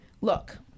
Look